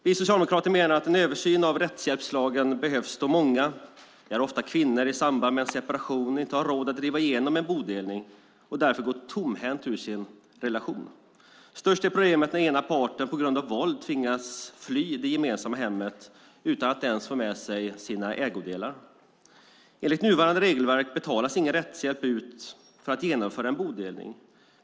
Vi socialdemokrater menar att en översyn av rättshjälpslagen behövs då många, ofta kvinnor i samband med en separation, inte har råd att driva igenom en bodelning och därför går tomhänta ur sin relation. Störst är problemen när den ena parten på grund av våld tvingats fly det gemensamma hemmet utan ens få med sig sina ägodelar. Enligt nuvarande regelverk utbetalas ingen rättshjälp för genomförande av en bodelning.